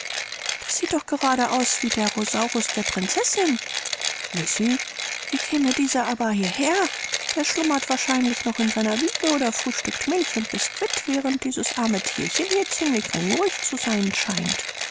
das sieht doch gerade aus wie der rosaurus der prinzessin lisi wie käme dieser aber hierher der schlummert wahrscheinlich noch in seiner wiege oder frühstückt milch und bisquit während dieses arme thierchen hier ziemlich hungrig zu sein scheint